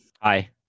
Hi